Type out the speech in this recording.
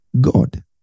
god